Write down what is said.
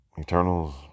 Eternals